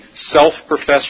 self-professed